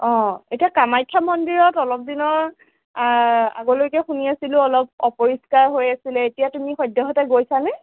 অঁ এতিয়া কামাখ্যা মন্দিৰত অলপ দিনৰ আগলৈকে শুনি আছিলোঁ অলপ অপৰিষ্কাৰ হৈ আছিলে এতিয়া তুমি সদ্যহতে গৈছা নে